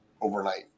overnight